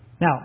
Now